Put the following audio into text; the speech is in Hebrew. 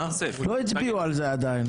לא הצביעו על זה עדיין.